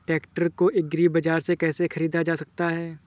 Tractor को agri बाजार से कैसे ख़रीदा जा सकता हैं?